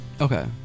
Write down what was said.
Okay